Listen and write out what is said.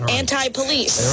anti-police